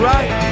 Right